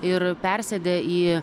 ir persėdę į